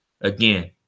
Again